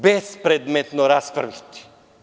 Bespredmetno raspravljate.